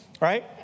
right